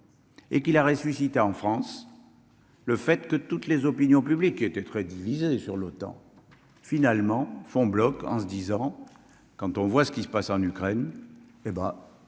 et qu'il a ressuscité en France, le fait que toutes les opinions publiques qui, très divisés sur l'OTAN, finalement font bloc, en se disant : quand on voit ce qui se passe en Ukraine et ben,